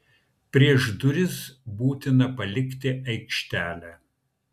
prieš duris būtina palikti aikštelę